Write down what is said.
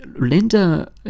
linda